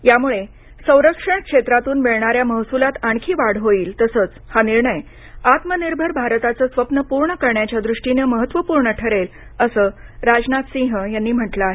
यामुळे संरक्षण क्षेत्रातून मिळणाऱ्या महसुलात आणखी वाढ होईल तसंच हा निर्णय आत्मनिर्भर भारताचं स्वप्न पूर्ण करण्याच्या दृष्टीने महत्त्वपूर्ण ठरेल असं राजनाथ सिंह यांनी म्हटलं आहे